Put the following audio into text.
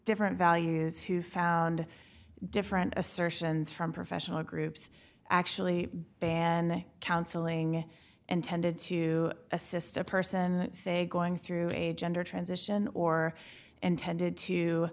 different values who found different assertions from professional groups actually banned counseling and tended to assist a person say going through a gender transition or and tended to